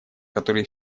которые